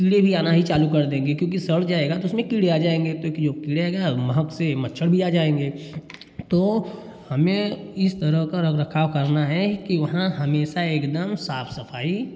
कीड़े भी आना ही चालू कर देंगे क्योंकि सड़ जाएगा तो उसमें कीड़े आ जाएँगे क्योंकि जो कीड़े आयेगा महक से मच्छर भी आ जाएँगे तो हमें इस तरह का रखरखाव करना है कि वहाँ हमेशा एकदम साफ सफाई